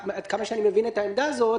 עד כמה שאני מבין את העמדה הזו,